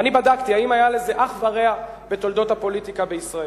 ואני בדקתי אם היה לזה אח ורע בתולדות הפוליטיקה בישראל.